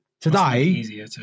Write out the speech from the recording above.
today